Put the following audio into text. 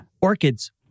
orchids